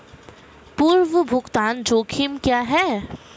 पूर्व भुगतान जोखिम क्या हैं?